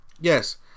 Yes